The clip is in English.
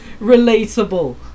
Relatable